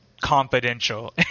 confidential